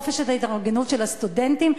בחופש ההתארגנות של הסטודנטים,